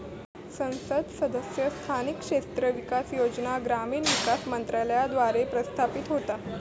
संसद सदस्य स्थानिक क्षेत्र विकास योजना ग्रामीण विकास मंत्रालयाद्वारा प्रशासित होता